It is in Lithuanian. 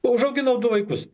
užauginau du vaikus